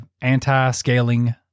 Anti-scaling